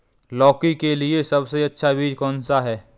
लौकी के लिए सबसे अच्छा बीज कौन सा है?